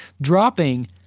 Dropping